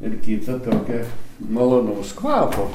ir kitą tokią malonaus kvapo